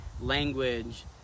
language